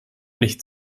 nicht